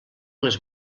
les